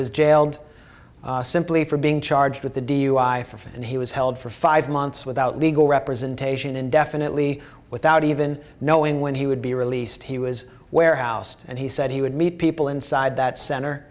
was jailed simply for being charged with a dui for him and he was held for five months without legal representation indefinitely without even knowing when he would be released he was warehouse and he said he would meet people inside that center